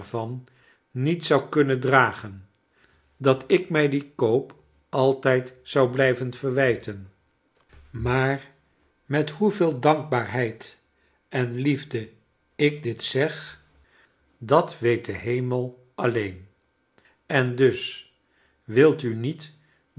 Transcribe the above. niet zou kunnen drag'en dat ik mij dien koop altijd zou blijven verwijten maar met hoeveel dankbaarheid en liefde ik dit zeg dat weet de hemel alleen en dus wilt u niet